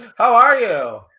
how are you?